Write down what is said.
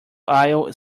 aisle